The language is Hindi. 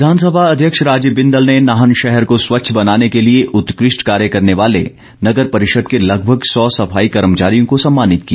बिंदल विधानसभा अध्यक्ष राजीव बिंदल ने नाहन शहर को स्वच्छ बनाने के लिए उत्कष्ट कार्य करने वाले नगर परिषद के लगभग सौ सफाई कर्मचारियों को सम्मानित किया